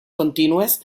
contínues